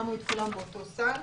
שמו את כולם באותו סל,